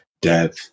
death